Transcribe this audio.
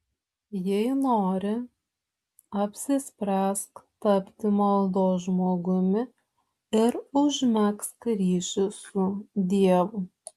jei nori apsispręsk tapti maldos žmogumi ir užmegzk ryšį su dievu